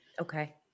Okay